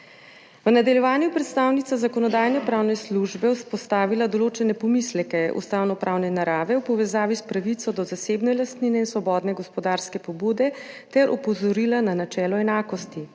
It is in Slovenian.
V nadaljevanju je predstavnica Zakonodajno-pravne službe izpostavila določene pomisleke ustavnopravne narave v povezavi s pravico do zasebne lastnine in svobodne gospodarske pobude ter opozorila na načelo enakosti.